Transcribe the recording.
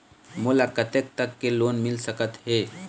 मोला कतेक तक के लोन मिल सकत हे?